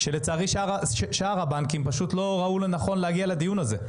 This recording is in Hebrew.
ולצערי שאר הבנקים לא ראו לנכון להגיע לדיון הזה.